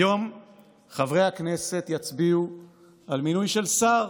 היום חברי הכנסת יצביעו על מינוי של שר